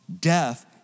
death